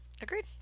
Agreed